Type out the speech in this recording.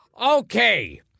Okay